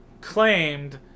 claimed